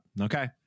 okay